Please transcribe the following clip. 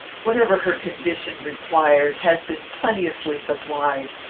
whatever her condition required has been plenteously supplied.